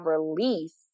release